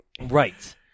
right